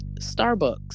Starbucks